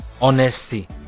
honesty